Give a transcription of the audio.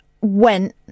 went